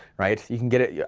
right, you can get it, yeah